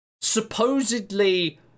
Supposedly